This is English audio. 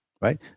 right